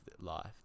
life